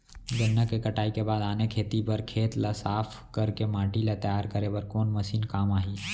गन्ना के कटाई के बाद आने खेती बर खेत ला साफ कर के माटी ला तैयार करे बर कोन मशीन काम आही?